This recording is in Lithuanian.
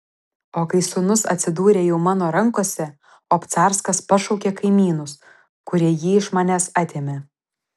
o kai sūnus atsidūrė jau mano rankose obcarskas pašaukė kaimynus kurie jį iš manęs atėmė